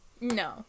no